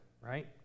right